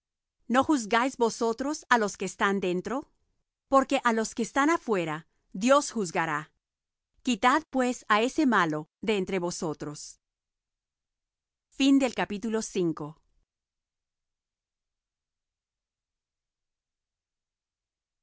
no juzgáis vosotros á los que están dentro porque á los que están fuera dios juzgará quitad pues á ese malo de entre vosotros osa